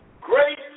Great